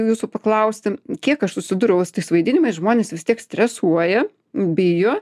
jūsų paklausti kiek aš susidūriau su tais vaidinimais žmonės vis tiek stresuoja bijo